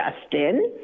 Justin